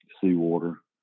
seawater